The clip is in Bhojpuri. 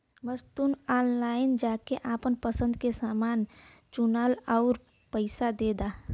बस तू ऑनलाइन जाके आपन पसंद के समान चुनला आउर पइसा दे दा